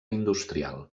industrial